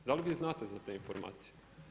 Da li vi znate za te informacije?